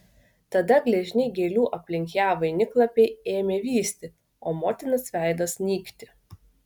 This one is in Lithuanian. tada gležni gėlių aplink ją vainiklapiai ėmė vysti o motinos veidas nykti